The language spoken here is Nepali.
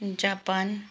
जापान